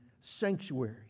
sanctuary